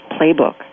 Playbook